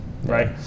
right